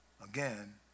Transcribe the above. Again